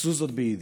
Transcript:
עשו זאת ביידיש.